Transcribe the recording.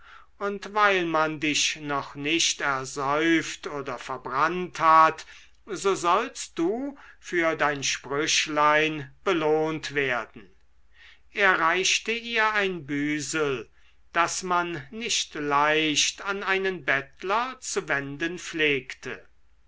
und weil man dich noch nicht ersäuft oder verbrannt hat so sollst du für dein sprüchlein belohnt werden er reichte ihr ein büsel das man nicht leicht an einen bettler zu wenden pflegte